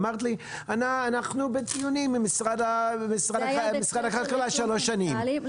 ואמרת לי שאתם בדיונים עם משרד הכלכלה שלוש שנים.